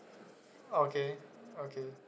okay okay